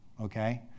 okay